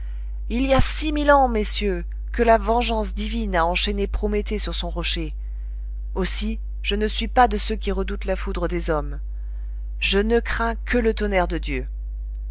il y a six mille ans messieurs que la vengeance divine a enchaîné prométhée sur son rocher aussi je ne suis pas de ceux qui redoutent la foudre des hommes je ne crains que le tonnerre de dieu